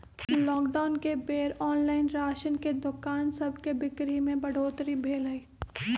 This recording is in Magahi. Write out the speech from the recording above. लॉकडाउन के बेर ऑनलाइन राशन के दोकान सभके बिक्री में बढ़ोतरी भेल हइ